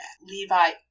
levi